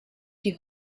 die